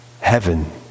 heaven